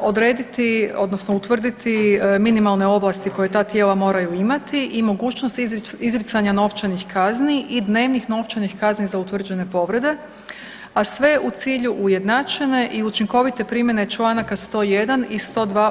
odrediti odnosno utvrditi minimalne ovlasti koja ta tijela moraju imati i mogućnost izricanja novčanih kazni i dnevnih novčanih kazni za utvrđene povrede, a sve u cilju ujednačene i učinkovite primjene čl. 101. i 102.